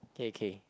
K K